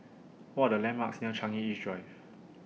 What Are The landmarks near Changi East Drive